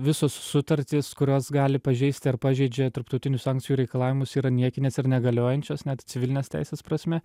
visos sutartys kurios gali pažeisti ar pažeidžia tarptautinių sankcijų reikalavimus yra niekinės ir negaliojančios net civilinės teisės prasme